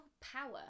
power